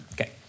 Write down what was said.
okay